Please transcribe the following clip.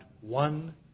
one